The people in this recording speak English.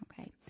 okay